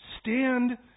stand